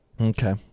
Okay